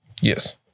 Yes